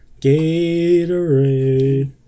Gatorade